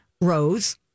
rose